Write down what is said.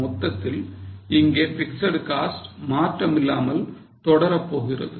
மொத்தத்தில் இங்கே fixed cost மாற்றமில்லாமல் தொடரப்போகிறது